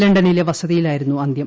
ല്ണ്ടനിലെ വസതിയിലായിരുന്നു അന്ത്യം